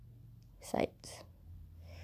sides